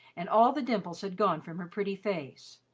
and all the dimples had gone from her pretty face,